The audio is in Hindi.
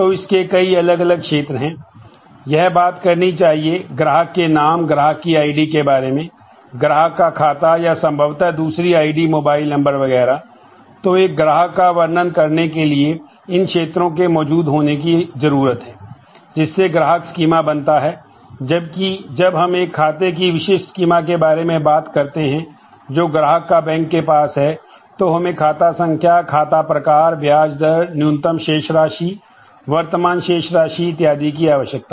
इसलिए यदि हम ग्राहक स्कीमा के बारे में बात करते हैं जो ग्राहक का बैंक के पास है तो हमें खाता संख्या खाता प्रकार ब्याज दर न्यूनतम शेष राशि वर्तमान शेष राशि इत्यादि की आवश्यकता है